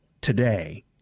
today